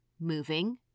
moving